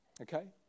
Okay